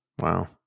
wow